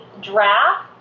draft